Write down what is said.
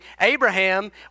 Abraham